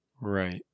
Right